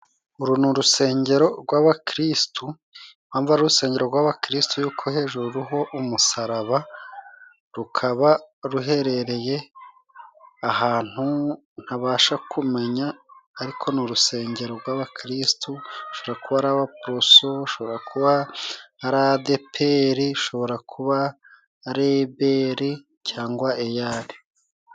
Uru ni urusengero gw'abakristu, impamvu ari urusengero gw'abakristo yuko hejuru ruriho umusaraba, rukaba ruherereye ahantu ntabasha kumenya ariko ni urusengero gw'abakristu, rushobora kuba ari Abaporoso rushobora kuba ari Adeperi rushobora kuba ari Eberi cyangwa Eyari.